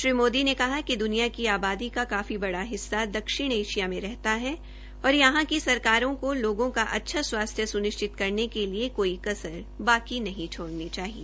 श्री मोदी ने कहा कि दुनिया की आबादी का काफी हिस्सा दक्षिण एशिया में रहता है और यहां की सरकारों को लोगों का अच्छा स्वास्थ्य स्निश्चित करने के लिए कोई कसर बाकी नहीं छोड़नी चाहिए